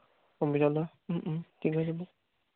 computer লোৱা ঠিক হৈ যাব